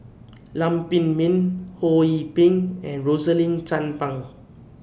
Lam Pin Min Ho Yee Ping and Rosaline Chan Pang